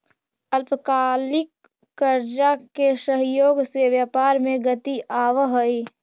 अल्पकालिक कर्जा के सहयोग से व्यापार में गति आवऽ हई